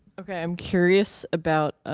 okay, i'm curious about